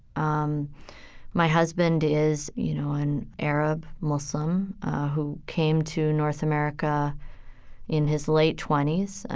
um my husband is, you know, an arab muslim who came to north america in his late twenty s,